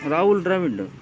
Rahul Dravid